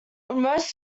most